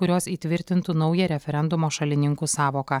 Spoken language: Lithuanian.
kurios įtvirtintų naują referendumo šalininkų sąvoką